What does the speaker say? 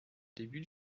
début